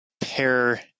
pair